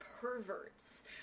perverts